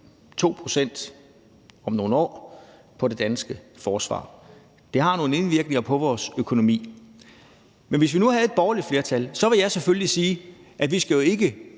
2 pct. af bnp på det danske forsvar. Det indvirker på vores økonomi. Men hvis vi nu havde et borgerligt flertal, ville jeg selvfølgelig sige, at vi jo ikke